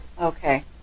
Okay